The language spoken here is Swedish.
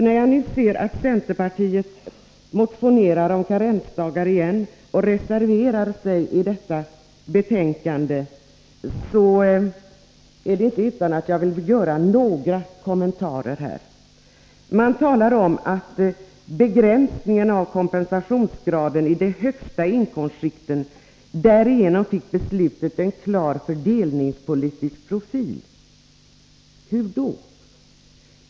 När centern nu återigen motionerat om karensdagar och i detta betänkande reserverat sig i den frågan är det inte utan att jag vill göra några kommentarer. Man talar om ”begränsningen i kompensationsgraden i de högsta inkomstskikten” och säger att beslutet därigenom fick ”en klar fördelningspolitisk profil”. Hur då?